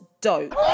dope